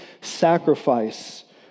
sacrifice